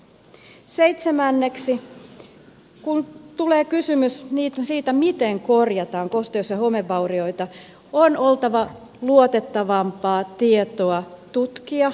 seitsemänneksi kun tulee kysymys siitä miten korjataan kosteus ja homevaurioita on oltava luotettavampaa tietoa tutkia